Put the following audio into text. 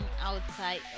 outside